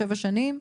שבע שנים,